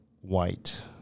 white